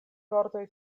vortoj